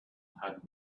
had